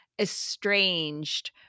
estranged